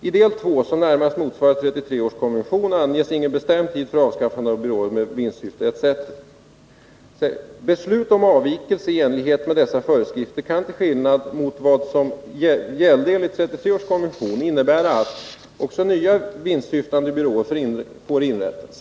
I del II, som närmast motsvarar 1933 års konvention, anges ingen bestämd tid för avskaffande av byråer med vinstsyfte. Däremot finns där bestämmelser som medger avvikelse från principen om avskaffande av vinstsyftande förmedling. —-—-- Beslut om avvikelse i enlighet med dessa föreskrifter kan — till skillnad mot vad som gällde enligt 1933 års konvention — innebära att också nya vinstsyftande byråer får inrättas.